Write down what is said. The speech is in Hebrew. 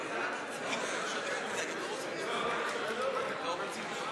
ההצעה להעביר את הצעת חוק הצעת חוק נכסים של נספי